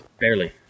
Barely